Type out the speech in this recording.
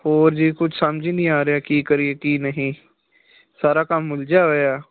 ਹੋਰ ਜੀ ਕੁਛ ਸਮਝ ਨਹੀਂ ਆ ਰਿਹਾ ਕੀ ਕਰੀਏ ਕੀ ਨਹੀਂ ਸਾਰਾ ਕੰਮ ਉਲਝਿਆ ਹੋਇਆ